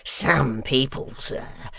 some people, sir,